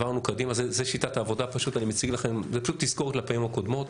זו שיטת העבודה, זו תזכורת לפעמים הקודמות.